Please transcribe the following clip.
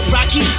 Rocky